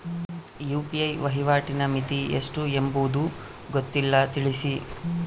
UPI ವಹಿವಾಟಿನ ಮಿತಿ ಎಷ್ಟು ಎಂಬುದು ಗೊತ್ತಿಲ್ಲ? ತಿಳಿಸಿ?